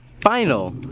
final